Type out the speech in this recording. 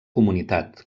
comunitat